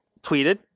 tweeted